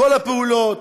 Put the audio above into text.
כל הפעולות,